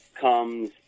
comes